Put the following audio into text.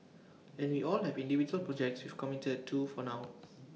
and we all have individual projects we've committed to for now